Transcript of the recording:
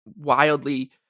wildly